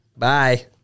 Bye